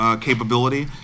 Capability